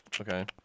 Okay